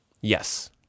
Yes